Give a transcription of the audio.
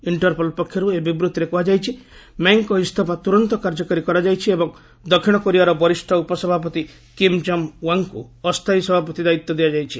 Interpol ପକ୍ଷରୁ ଏ ବିବୃତ୍ତିରେ କୁହାଯାଇଛି ମେଙ୍ଗଙ୍କ ଇସ୍ତଫା ତୁରନ୍ତ କାର୍ଯ୍ୟକାରୀ କରାଯାଇଛି ଏବଂ ଦକ୍ଷିଣ କୋରିଆର ବରିଷ୍ଣ ଉପସଭାପତି କିମ୍ କଙ୍ଗ୍ ୱାଙ୍ଗ୍ଙ୍କୁ ଅସ୍ଥାୟୀ ସଭାପତି ଦାୟିତ୍ୱ ଦିଆଯାଇଛି